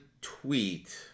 tweet